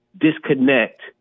disconnect